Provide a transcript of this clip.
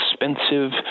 expensive